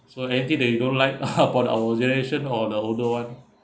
so anything that you don't like about our generation or the older [one]